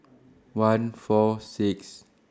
one four six